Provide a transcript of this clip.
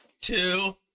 two